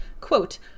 Quote